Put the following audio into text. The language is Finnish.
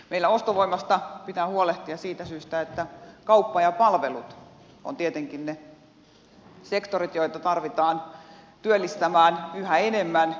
meillä ostovoimasta pitää huolehtia siitä syystä että kauppa ja palvelut ovat tietenkin ne sektorit joita tarvitaan työllistämään yhä enemmän